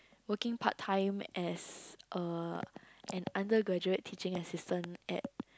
working part time as a an undergraduate teaching assistant at